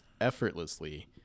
effortlessly